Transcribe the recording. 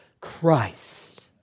Christ